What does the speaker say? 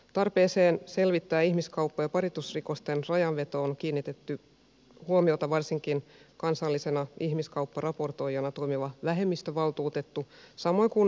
tarpeeseen selvittää ihmiskauppa ja paritusrikosten rajanvetoa on kiinnittänyt huomiota varsinkin kansallisena ihmiskaupparaportoijana toimiva vähemmistövaltuutettu samoin kuin eduskunta